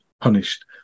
punished